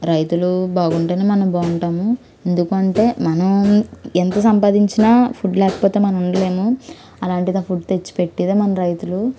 రైతులు బాగుంటేనే మనం బాగుంటాము ఎందుకంటే మనం ఎంత సంపాదించినా ఫుడ్ లేకపోతే మనం ఉండలేము అలాంటిదే ఆ ఫుడ్ తెచ్చి పెట్టేదే మన రైతులు